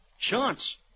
Chance